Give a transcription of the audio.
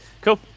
Cool